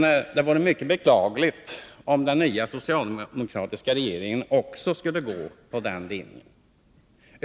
Det vore mycket beklagligt om också den nya socialdemokratiska regeringen skulle gå på den linjen.